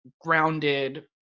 grounded